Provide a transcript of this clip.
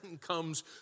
comes